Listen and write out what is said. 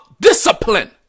discipline